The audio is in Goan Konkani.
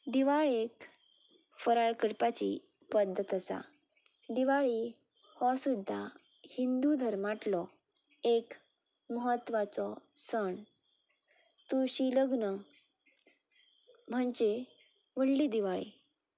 दिवाळेक फराळ करपाची पद्दत आसा दिवाळी हो सुद्दां हिंदू धर्मांतलो एक म्हत्वाचो सण तुळशी लग्न म्हणजे व्हडली दिवाळी